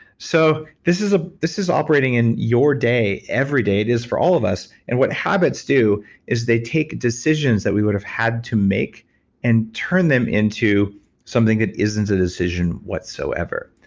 so, this is ah this is operating in your day every day. it is for all of us and what habits do is they take decisions that we would have had to make and turn them into something that isn't a decision whatsoever.